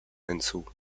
hinzu